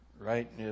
Right